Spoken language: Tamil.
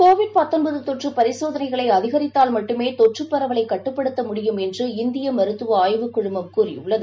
கோவிட் தொற்றுபரிசோதனைகளைஅதிகரித்தால் மட்டுமேதொற்றுப் பரவலைக் கட்டுப்படுத்த முடியும் என்று இந்தியமருத்துவஆய்வுக் கழகம் கூறியுள்ளது